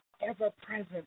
ever-present